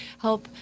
help